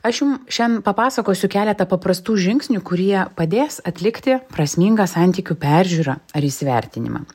aš jum šian papasakosiu keletą paprastų žingsnių kurie padės atlikti prasmingą santykių peržiūrą ar įsivertinimą